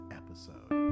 episode